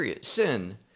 Sin